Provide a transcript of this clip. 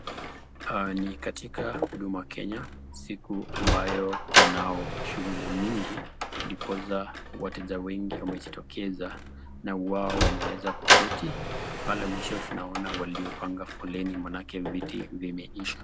Ni katika huduma kenya, siku anbayo kuna shughuli mingi ndiposa wateja wengi wamejitokeza na wao wameweza kuketi pale mwisho tunaona wale waliopanga foleni maana viti vimeisha.